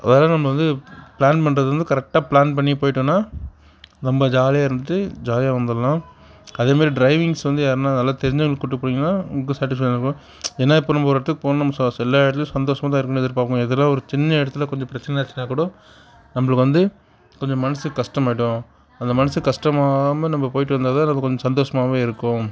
அதனால நம்ம வந்து பிளான் பண்ணுறது அந்த கரெக்டாக பிளான் பண்ணி போய்விட்டோனா நம்ம ஜாலியாக இருந்துவிட்டு ஜாலியாக வந்துடலாம் அது மாதிரி ட்ரைவிங்ஸ் வந்து யாருனால் நல்லா தெரிச்சவங்களை கூட்டு போனீங்னால் உங்களுக்கு சேட்டிஸ்ஃபைடாக இருக்கும் ஏன்னால் இப்போ நம்ம ஒரு இடத்துக்கு போகணும்னா நம்ம எல்லா இடத்துலயும் சந்தோஷமா இருக்கணும்னு தான் எதிர்பார்க்கணும் எதாவது இடத்துல ஒரு சின்ன இடத்துல கொஞ்சம் பிரச்சின ஆகிருச்சினா கூட நம்மளுக்கு வந்து கொஞ்சம் மனசுக்கு கஷ்டமாகிடும் அந்த மனசுக்கு கஷ்டமாகாமல் நம்ம போய்விட்டு வந்தால் தான் நமக்கு கொஞ்சம் சந்தோஷமாகவும் இருக்கும்